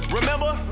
Remember